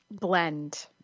blend